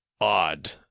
odd